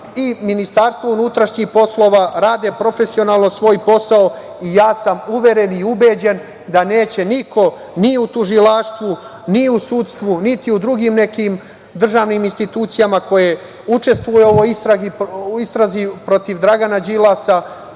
i Ministarstvo unutrašnjih poslova rade profesionalno svoj posao. Ja sam uveren i ubeđen da neće niko, ni u tužilaštvu, ni u sudstvu, niti u drugim nekim državnim institucijama koje učestvuju u ovoj istrazi protiv Dragana Đilasa